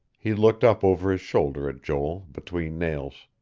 he looked up over his shoulder at joel, between nails.